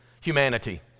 humanity